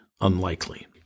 unlikely